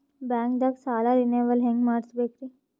ಬ್ಯಾಂಕ್ದಾಗ ಸಾಲ ರೇನೆವಲ್ ಹೆಂಗ್ ಮಾಡ್ಸಬೇಕರಿ?